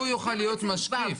הוא יוכל להיות משקיף.